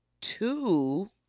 two